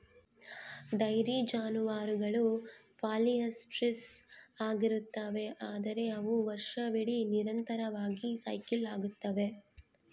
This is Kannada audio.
ಡೈರಿ ಜಾನುವಾರುಗಳು ಪಾಲಿಯೆಸ್ಟ್ರಸ್ ಆಗಿರುತ್ತವೆ, ಅಂದರೆ ಅವು ವರ್ಷವಿಡೀ ನಿರಂತರವಾಗಿ ಸೈಕಲ್ ಆಗುತ್ತವೆ